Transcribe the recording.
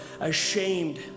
ashamed